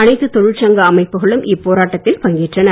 அனைத்துத் தொழிற்சங்க அமைப்புகளும் இப்போராட்டத்தில் பங்கேற்றன